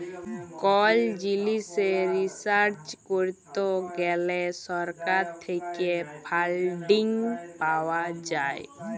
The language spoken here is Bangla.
কল জিলিসে রিসার্চ করত গ্যালে সরকার থেক্যে ফান্ডিং পাওয়া যায়